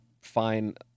fine